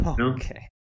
Okay